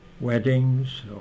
weddings